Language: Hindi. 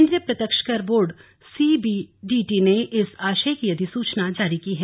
केन्द्रीय प्रत्यक्ष कर board C B D T ने इस आशय की अधिसूचना जारी की है